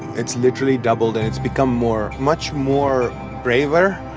it's literally doubled, and it's become more, much more braver,